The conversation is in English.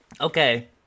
Okay